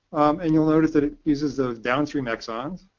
and you'll notice that it uses those downstream exons.